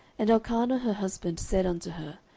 and elkanah her husband said unto her,